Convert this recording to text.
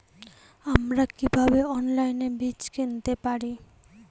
আমরা কীভাবে অনলাইনে বীজ কিনতে পারি?